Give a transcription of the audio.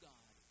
God